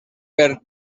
per